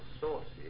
sources